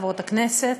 חברות הכנסת,